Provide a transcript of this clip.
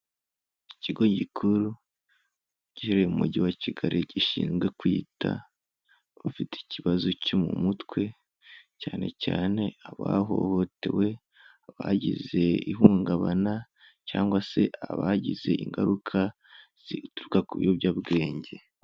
Ikigo gikuru gihereye mu mujyi wa Kigali, gishinzwe kwita abafite ikibazo cyo mu mutwe, cyane cyane abahohotewe, bagize ihungabana cyangwa se abagize ingaruka zituruka ku biyobyabwenge.